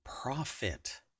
profit